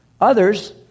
Others